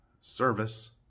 service